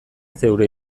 zeure